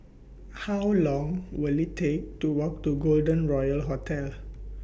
How Long Will IT Take to Walk to Golden Royal Hotel